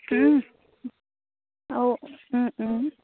অ'